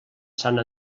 sant